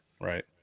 Right